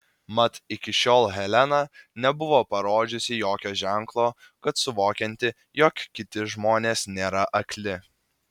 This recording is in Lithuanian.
mat iki šiol helena nebuvo parodžiusi jokio ženklo kad suvokianti jog kiti žmonės nėra akli